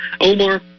Omar